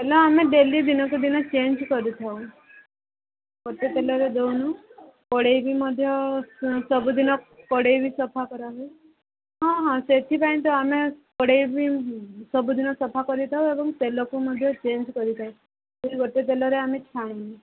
ନା ଆମେ ଡେଲି ଦିନକୁ ଦିନ ଚେଞ୍ଜ କରି ଥାଉ ଗୋଟେ ତେଲରେ ଦଉନୁ କଡ଼େଇ ଭି ମଧ୍ୟ ସବୁ ଦିନ କଡ଼େଇ ଭି ସଫା କରା ହୁଏ ହଁ ହଁ ସେଥିପାଇଁ ତ ଆମେ କଡ଼େଇ ବି ସବୁ ଦିନ ସଫା କରି ଥାଉ ଏବଂ ତେଲକୁ ମଧ୍ୟ ଚେଞ୍ଜ କରି ଥାଉ ଗୋଟେ ତେଲରେ ଆମେ ଛାଣୁନୁ